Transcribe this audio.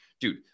Dude